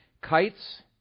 kites